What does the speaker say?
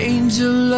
Angel